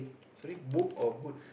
sorry book or boot